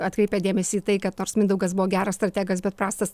atkreipę dėmesį į tai kad nors mindaugas buvo geras strategas bet prastas